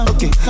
Okay